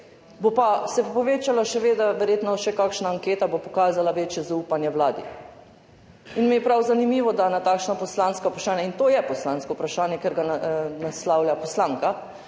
bo pa verjetno še kakšna anketa pokazala večje zaupanje v vlado. Mi je prav zanimivo, da na takšna poslanska vprašanja, in to je poslansko vprašanje, ker ga naslavlja poslanka,